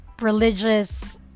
religious